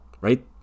right